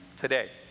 today